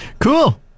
Cool